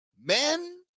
Men